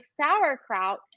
sauerkraut